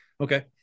Okay